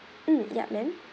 mm yup ma'am